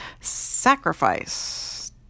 Sacrifice